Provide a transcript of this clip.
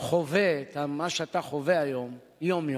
חווה את מה שאתה חווה היום יום-יום.